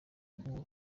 guhura